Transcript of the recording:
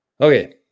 okay